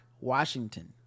Washington